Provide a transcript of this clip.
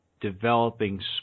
developing